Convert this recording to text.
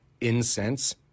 incense